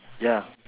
ya